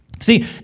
See